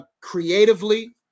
creatively